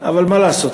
אבל מה לעשות,